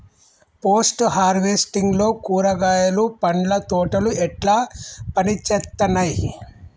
Post harvesting లో కూరగాయలు పండ్ల తోటలు ఎట్లా పనిచేత్తనయ్?